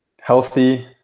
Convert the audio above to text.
healthy